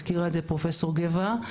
הזכירה את זה פרופ' גבע,